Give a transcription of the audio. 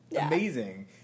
amazing